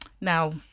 Now